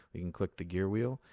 we can click the gear wheel,